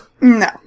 No